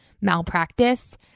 malpractice